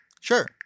Sure